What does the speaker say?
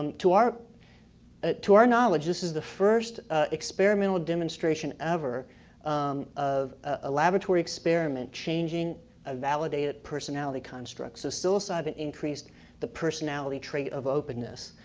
um to our ah to our knowledge, is the first experimental demonstration ever of a laboratory experiment changing a validated personality construct. so psilocybin increased the personality trait of openness.